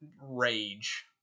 rage